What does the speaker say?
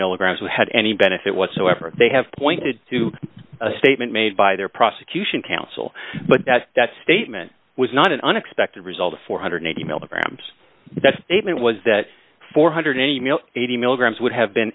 milligrams who had any benefit whatsoever they have pointed to a statement made by their prosecution counsel but that statement was not an unexpected result of four hundred and eighty milligrams that statement was that four hundred an email eighty milligrams would have been